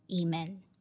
Amen